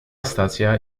stacja